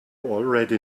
already